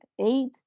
eight